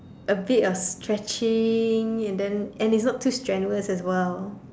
a bit of stretching and then and it's not too strenuous as well